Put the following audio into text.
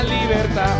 libertad